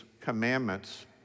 commandments